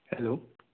hello